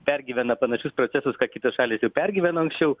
pergyvena panašius procesus ką kitos šalys jau pergyveno anksčiau